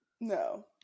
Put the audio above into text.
No